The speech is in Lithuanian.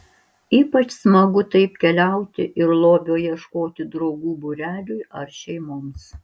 ypač smagu taip keliauti ir lobio ieškoti draugų būreliui ar šeimoms